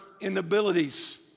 inabilities